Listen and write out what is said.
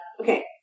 Okay